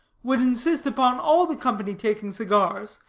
would insist upon all the company taking cigars,